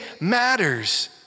matters